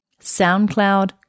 SoundCloud